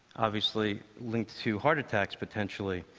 obviously linked to heart attacks, potentially.